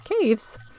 caves